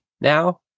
now